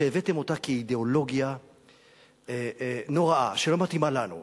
שהבאתם אותה כאידיאולוגיה נוראה, שלא מתאימה לנו.